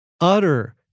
utter